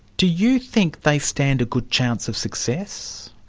do you think they stand a good chance of success?